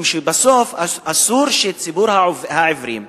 משום שבסוף אסור שציבור העיוורים,